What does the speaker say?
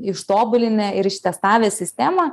ištobulinę ir ištestavę sistemą